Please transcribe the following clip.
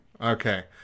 Okay